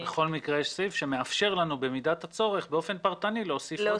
בכל מקרה יש סעיף שמאפשר לנו במידת הצורך באופן פרטני להוסיף עוד פרמטר.